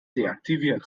deaktiviert